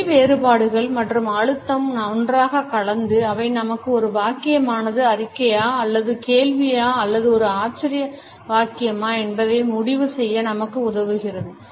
ஒலி வேறுபாடுகள் மற்றும் அழுத்தம் ஒன்றாக கலந்து அவை நமக்கு ஒரு வாக்கியமானது அறிக்கையா அல்லது ஒரு கேள்வியா அல்லது ஒரு ஆச்சரிய வாக்கியமா என்பதை முடிவு செய்ய நமக்கு உதவுகிறது